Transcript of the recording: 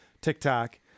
tiktok